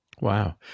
wow